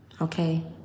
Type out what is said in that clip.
Okay